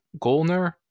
Golner